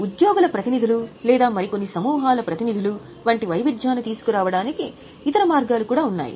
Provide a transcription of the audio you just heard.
ఉద్యోగుల ప్రతినిధులు లేదా మరికొన్ని సమూహాల ప్రతినిధులు వంటి వైవిధ్యాన్ని తీసుకురావడానికి ఇతర మార్గాలు కూడా ఉన్నాయి